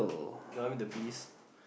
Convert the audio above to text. the I mean the bees